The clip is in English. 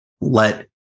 let